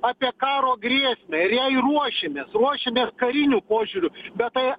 apie karo grėsmę ir jai ruošiamės ruošiamės kariniu požiūriu bet a